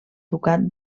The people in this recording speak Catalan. ducat